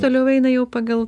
toliau eina jau pagal